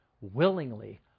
willingly